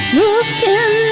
looking